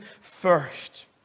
first